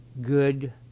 good